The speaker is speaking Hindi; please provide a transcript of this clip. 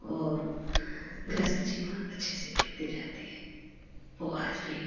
और गृहस्थ जीवन अच्छे से बीतते रहती है वह आज भी